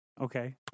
okay